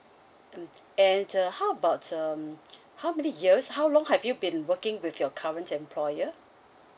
mm and uh how about um how many years how long have you been working with your current employer